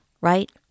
right